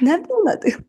nebūna taip